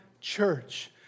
church